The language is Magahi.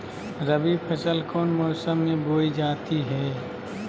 रबी फसल कौन मौसम में बोई जाती है?